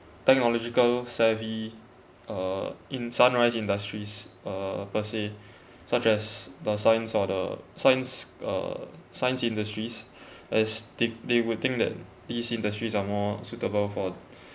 technological savvy uh in sunrise industries uh per se such as the science or the science uh science industries as they they would think that these industries are more suitable for